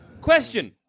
question